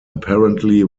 apparently